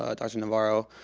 ah dr. navarro,